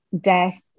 death